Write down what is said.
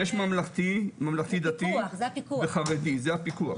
יש ממלכתי, ממלכתי דתי וחרדי, זה הפיקוח.